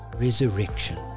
resurrection